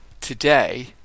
today